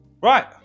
Right